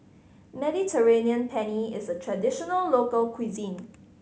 Mediterranean Penne is a traditional local cuisine